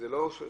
שזה לא 3%,